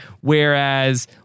Whereas